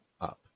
up